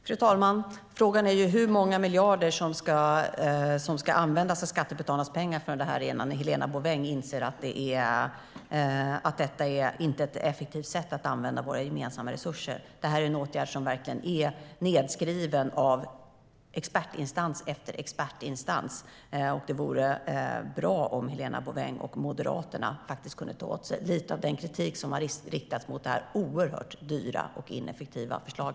Fru talman! Frågan är hur många miljarder av skattebetalarnas pengar som ska användas för detta innan Helena Bouveng inser att detta inte är ett effektivt sätt att använda våra gemensamma resurser. Detta är en åtgärd som verkligen är nedskriven av expertinstans efter expertinstans. Det vore bra om Helena Bouveng och Moderaterna faktiskt kunde ta åt sig lite av den kritik som har riktats mot detta oerhört dyra och ineffektiva förslag.